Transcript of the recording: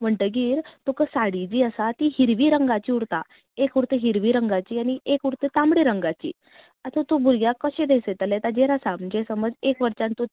म्हणटगीर तुका साडी जी आसा ती हिरवी रंगाची उरता एक उरता हिरवी रंगाची आनी एक उरता तांबडे रंगाची आता तूं भुरग्याक कशे न्हेसयतले ताजेर आसा म्हणजे समज एक वटच्यान तू